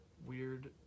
weird